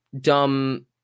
dumb